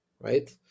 right